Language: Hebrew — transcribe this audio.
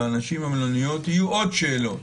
לאנשים במלוניות יהיו עוד שאלות.